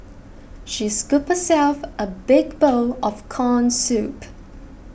she scooped herself a big bowl of Corn Soup